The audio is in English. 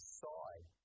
side